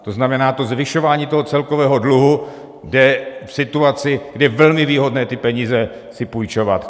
To znamená, zvyšování celkového dluhu je v situaci, kdy je velmi výhodné ty peníze si půjčovat.